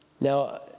Now